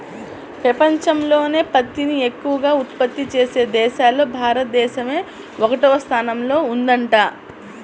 పెపంచంలోనే పత్తిని ఎక్కవగా ఉత్పత్తి చేసే దేశాల్లో భారతదేశమే ఒకటవ స్థానంలో ఉందంట